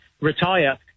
retire